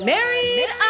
Married